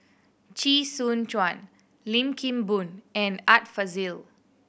Chee Soon Juan Lim Kim Boon and Art Fazil